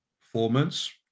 performance